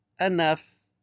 enough